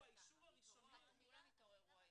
האישור הראשוני --- כולם התעוררו היום,